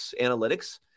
analytics